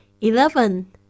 Eleven